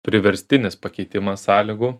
priverstinis pakeitimas sąlygų